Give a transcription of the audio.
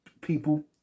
people